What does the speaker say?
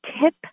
tip